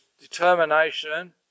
determination